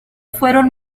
fueron